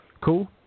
Cool